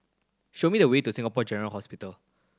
show me the way to Singapore General Hospital